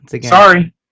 Sorry